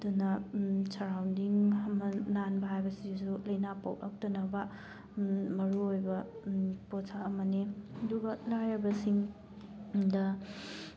ꯑꯗꯨꯅ ꯁꯔꯥꯎꯟꯗꯤꯡ ꯑꯃ ꯅꯥꯟꯕ ꯍꯥꯏꯕꯁꯤꯁꯨ ꯂꯥꯏꯅꯥ ꯄꯣꯛꯂꯛꯇꯅꯕ ꯃꯔꯨꯑꯣꯏꯕ ꯄꯣꯠꯁꯛ ꯑꯃꯅꯤ ꯑꯗꯨꯒ ꯂꯥꯏꯔꯕꯁꯤꯡꯗ